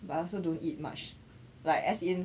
but I also don't eat much like as in